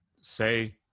say